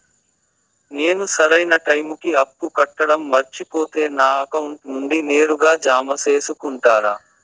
నేను సరైన టైముకి అప్పు కట్టడం మర్చిపోతే నా అకౌంట్ నుండి నేరుగా జామ సేసుకుంటారా?